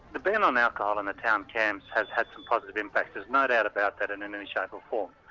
the ban on alcohol in the town camps has had some positive impacts, there's no doubt about that in in any shape or form.